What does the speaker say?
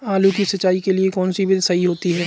आलू की सिंचाई के लिए कौन सी विधि सही होती है?